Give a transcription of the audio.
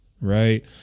right